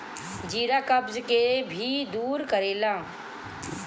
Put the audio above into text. जीरा कब्ज के भी दूर करेला